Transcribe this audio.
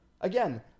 Again